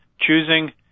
choosing